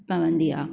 पवंदी आहे